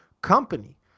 company